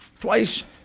twice